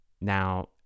Now